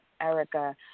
Erica